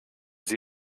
sie